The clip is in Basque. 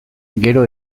gero